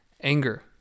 anger